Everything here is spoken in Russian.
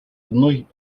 одной